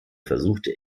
versuchte